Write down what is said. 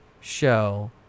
show